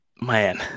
Man